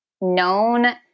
known